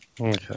Okay